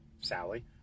Sally